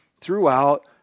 throughout